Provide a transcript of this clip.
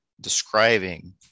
describing